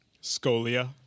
scolia